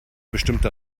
bestimmte